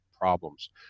problems